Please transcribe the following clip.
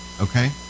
Okay